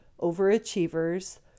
overachievers